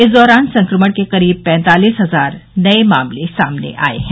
इस दौरान संक्रमण के करीब पैंतालीस हजार नये मामले सामने आए हैं